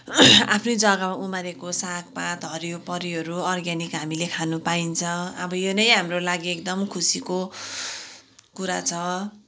आफ्नै जग्गामा उमारेको सागपात हरियोपरियोहरू अर्ग्यानिक हामीले खानु पाइन्छ अब यो नै हाम्रो लागि एकदम खुसीको कुरा छ